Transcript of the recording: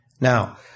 Now